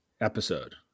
episode